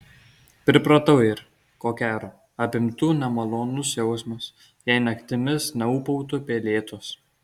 pripratau ir ko gero apimtų nemalonus jausmas jei naktimis neūbautų pelėdos